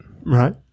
Right